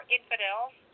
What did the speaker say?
Infidels